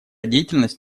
деятельность